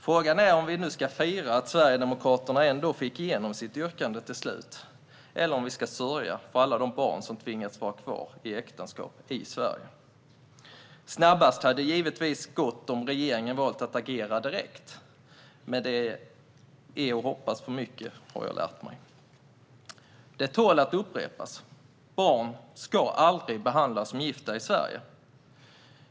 Frågan är om vi nu ska fira att Sverigedemokraterna ändå fick igenom sitt yrkande till slut, eller om vi ska sörja för alla de barn som tvingats vara kvar i äktenskap i Sverige. Snabbast hade det givetvis gått om regeringen valt att agera direkt. Men det är att hoppas på för mycket, har jag lärt mig. Det tål att upprepas: Barn ska aldrig behandlas som gifta i Sverige.